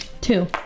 Two